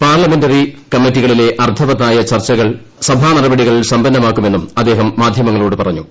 parliamentary കമ്മിറ്റികളിലെ അർത്ഥവത്തായ ചർച്ചകൾ സഭാനടപടികൾ സമ്പന്നമാക്കുമെന്നും അദ്ദേഹം മാധ്യമങ്ങളോട് പറഞ്ഞു